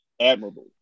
admirable